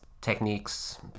techniques